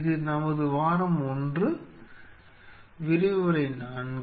இது நமது வாரம் 1 விரிவுரை 4